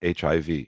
HIV